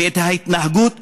וההתנהגות שלך,